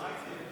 לא.